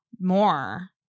more